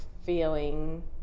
feeling